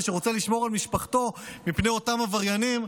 שרוצה לשמור על משפחתו מפני אותם עבריינים,